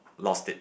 lost it